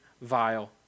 vile